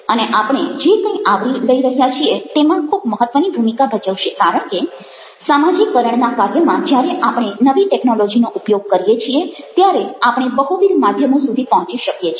અને આપણે જે કંઈ આવરી લઈ રહ્યા છીએ તેમાં ખૂબ મહત્વની ભૂમિકા ભજવશે કારણ કે સામાજીકરણના કાર્યમાં જ્યારે આપણે નવી ટેક્નોલોજિનો ઉપયોગ કરીએ છીએ ત્યારે આપણે બહુવિધ માધ્યમો સુધી પહોંચી શકીએ છીએ